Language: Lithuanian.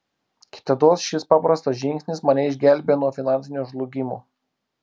kitados šis paprastas žingsnis mane išgelbėjo nuo finansinio žlugimo